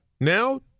Now